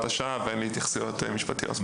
השעה ואין לי התייחסות משפטיות מעבר לכך.